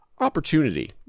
opportunity